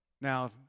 Now